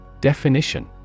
Definition